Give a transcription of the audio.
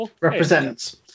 represents